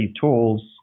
tools